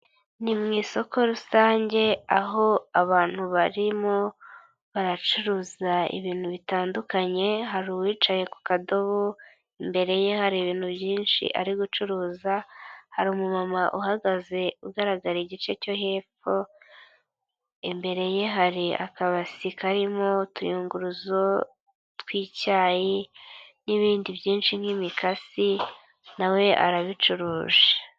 Ni mu isoko rusange, aho abantu barimo baracuruza ibintu bitandukanye, hari uwicaye ku kadobo, imbere ye hari ibintu byinshi ari gucuruza, hari umumama uhagaze ugaragara igice cyo hepfo, imbere ye hari akabasi karimo utuyunguruzo tw'icyayi, n'ibindi byinshi nk'imikasi nawe arabicuruje.